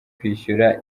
kwishyura